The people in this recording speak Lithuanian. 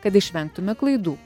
kad išvengtume klaidų